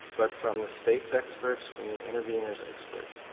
but from the state's experts, from the intervenors' experts.